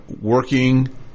working